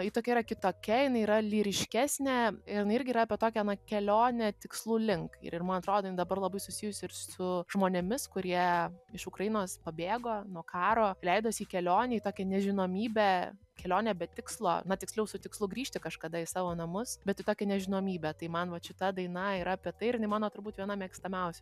ji tokia yra kitokia jinai yra lyriškesnė ir jinai irgi yra apie tokią na kelionę tikslų link ir ir man atrodo jin dabar labai susijusi ir su žmonėmis kurie iš ukrainos pabėgo nuo karo leidosi į kelionę į tokią nežinomybę kelionę be tikslo na tiksliau su tikslu grįžti kažkada į savo namus bet į tokią nežinomybę tai man vat šita daina yra apie tai ir jinai mano turbūt viena mėgstamiausių